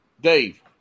Dave